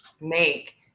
make